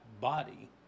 body